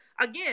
again